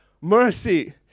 Mercy